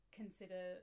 consider